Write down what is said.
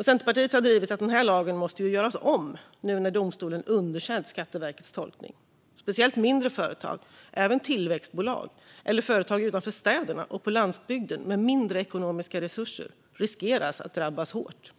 Centerpartiet har drivit att den lagen måste göras om nu när domstolen har underkänt Skatteverkets tolkning. Speciellt mindre företag, även tillväxtbolag, eller företag utanför städerna och på landsbygden med mindre ekonomiska resurser, riskerar att drabbas hårt.